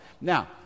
now